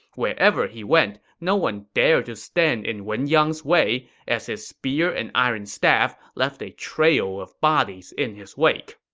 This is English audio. wherever he went, no one dared to stand in wen yang's way, as his spear and iron staff left a trail of bodies in his wake.